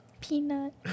Peanut